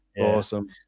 awesome